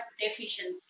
deficiency